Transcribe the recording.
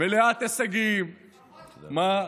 מלאת הישגים, אתה רואה?